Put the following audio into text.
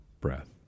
breath